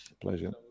Pleasure